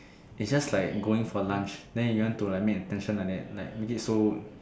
is just like going for lunch then you want to like make a tension like that like make it so